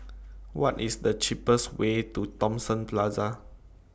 What IS The cheapest Way to Thomson Plaza